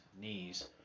knees